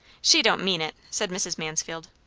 she don't mean it, said mrs. mansfield.